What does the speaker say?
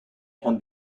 can